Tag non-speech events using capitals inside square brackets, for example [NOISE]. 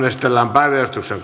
[UNINTELLIGIBLE] esitellään päiväjärjestyksen